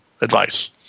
advice